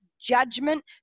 judgment